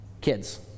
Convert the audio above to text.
Kids